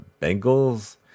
Bengals